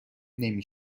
نمی